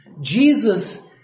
Jesus